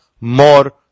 more